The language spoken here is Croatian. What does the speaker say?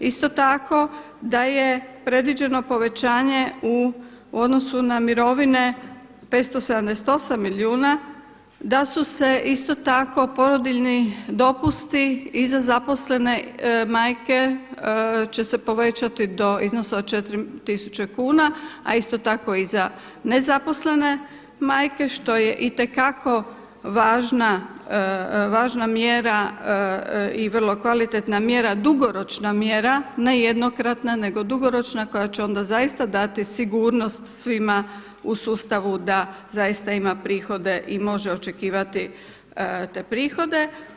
Isto tako da je predviđeno povećanje u odnosu na mirovine 578 milijuna, da su se isto tako porodiljni dopusti i za zaposlene majke će se povećati do iznosa od 4 tisuće kuna, a isto tako i za nezaposlene majke što je itekako važna mjera i vrlo kvalitetna mjera, dugoročna mjera, ne jednokratna nego dugoročna koja će onda zaista dati sigurnost svima u sustavu da zaista ima prihode i može očekivati te prihode.